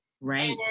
Right